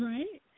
Right